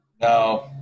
No